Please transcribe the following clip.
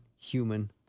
human